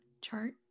chart